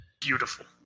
beautiful